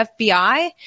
FBI